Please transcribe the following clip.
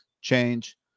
change